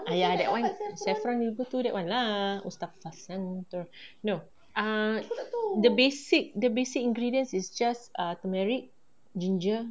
!aiya! that [one] saffron you go do that [one] lah mustafa centre no ah the basic the basic ingredients is just ah turmeric ginger